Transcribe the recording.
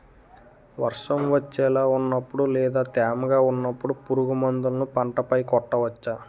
వర్షం వచ్చేలా వున్నపుడు లేదా తేమగా వున్నపుడు పురుగు మందులను పంట పై కొట్టవచ్చ?